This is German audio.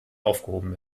aufgehoben